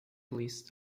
list